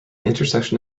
intersection